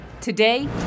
Today